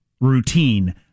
routine